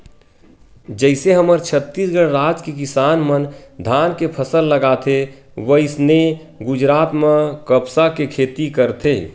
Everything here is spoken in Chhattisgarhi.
जइसे हमर छत्तीसगढ़ राज के किसान मन धान के फसल लगाथे वइसने गुजरात म कपसा के खेती करथे